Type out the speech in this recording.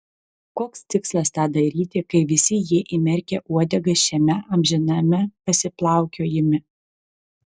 koks tikslas tą daryti kai visi jie įmerkę uodegas šiame amžiname pasiplaukiojime